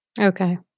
Okay